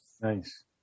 Nice